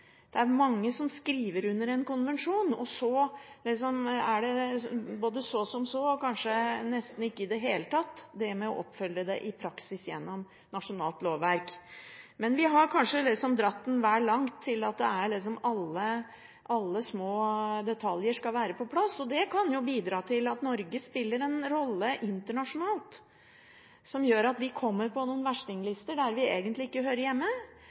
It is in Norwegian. Det er mange som skriver under en konvensjon, og så er det liksom så som så, og det følges i praksis nesten ikke opp i det hele tatt i forhold til nasjonalt lovverk. Men man har kanskje dratt det vel langt – til at alle små detaljer skal være på plass. Og det kan jo bidra til at Norge spiller en rolle internasjonalt, som gjør at vi kommer på noen verstinglister der vi egentlig ikke hører hjemme.